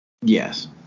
Yes